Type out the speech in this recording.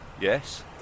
yes